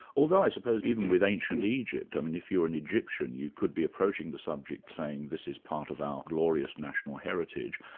although, i suppose, even with ancient egypt, i mean, if you're an egyptian you could be approaching the subject, saying, this is part of our glorious national heritage,